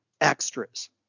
extras